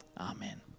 Amen